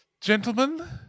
gentlemen